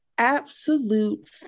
Absolute